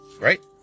Right